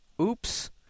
oops